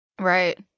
Right